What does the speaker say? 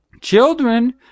Children